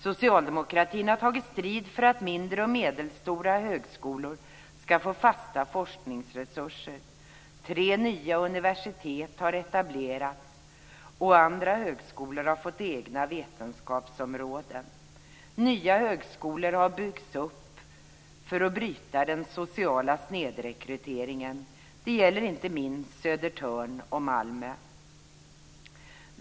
Socialdemokratin har tagit strid för att mindre och medelstora högskolor ska få fasta forskningsresurser. Tre nya universitet har etablerats, och andra högskolor har fått egna vetenskapsområden. Nya högskolor har byggts upp för att bryta den sociala snedrekryteringen. Det gäller inte minst Södertörn och Malmö.